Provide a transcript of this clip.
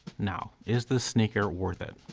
now is the sneaker worth it?